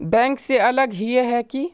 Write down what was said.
Bank से अलग हिये है की?